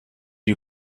you